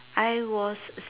I was